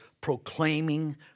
proclaiming